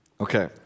Okay